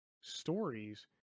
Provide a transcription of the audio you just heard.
stories